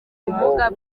ubumuga